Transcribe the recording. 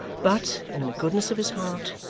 but, in the goodness of his heart,